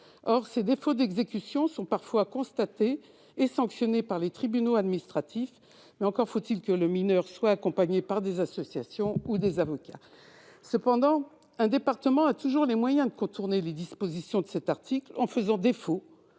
que ces défauts d'exécution soient constatés et sanctionnés par les tribunaux administratifs. Encore faut-il que le mineur soit accompagné par des associations ou des avocats. Un département a cependant toujours les moyens de contourner les dispositions de cet article en faisant défaut